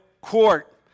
court